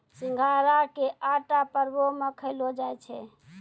सिघाड़ा के आटा परवो मे खयलो जाय छै